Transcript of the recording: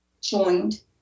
joined